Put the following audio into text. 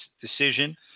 decision